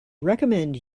recommend